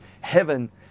heaven